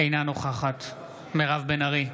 אינה נוכחת מירב בן ארי,